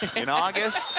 in august,